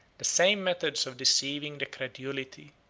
the same methods of deceiving the credulity,